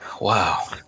wow